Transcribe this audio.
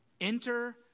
Enter